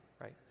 right